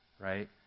right